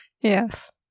Yes